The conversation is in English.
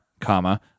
comma